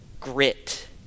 grit